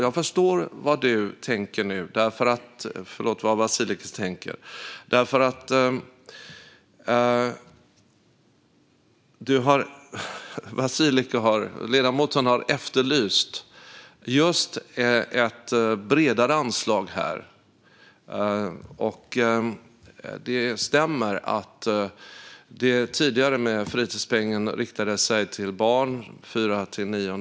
Jag förstår vad Vasiliki tänker nu, för ledamoten har efterlyst just ett bredare anslag här. Det stämmer att den tidigare fritidspengen riktade sig till barn i årskurs 4-9.